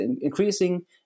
increasing